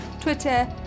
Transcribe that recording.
twitter